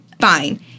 fine